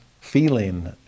feeling